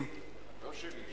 לא שלי,